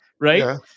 Right